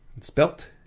Spelt